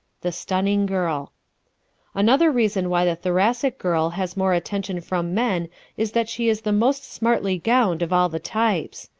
the stunning girl another reason why the thoracic girl has more attention from men is that she is the most smartly-gowned of all the types.